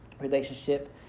relationship